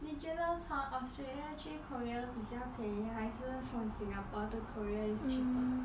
你觉得从 australia 去 korea 比较便宜还是 from singapore to korea is cheaper